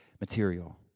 material